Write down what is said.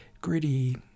gritty